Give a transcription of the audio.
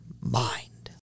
mind